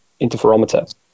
interferometer